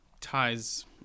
ties